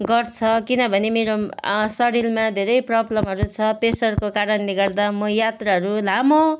गर्छ किनभने मेरो शरीरमा धेरै प्रब्लमहरू छ प्रेसरको कारणले गर्दा म यात्राहरू लामो